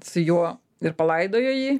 su juo ir palaidojo jį